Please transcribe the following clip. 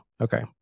Okay